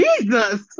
jesus